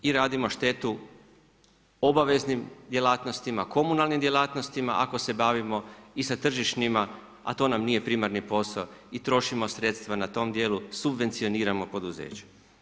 I radimo štetu obaveznim djelatnostima, komunalnim djelatnostima ako se bavimo i sa tržišnima, a to nam nije primarni posao i trošimo sredstva na tom dijelu, subvencioniramo poduzeća.